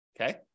Okay